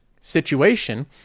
situation